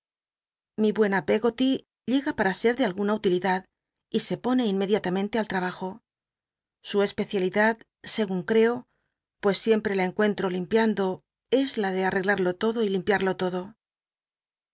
ili buena peggoty llega plra ser de alguna utilidad y re pone inmctliatamentc al trabajo su especialidad segun creo pues siempl'c la encuenlro limpiando es la de areglado y limllial'lo todo